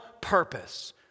purpose